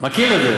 מכיר את זה.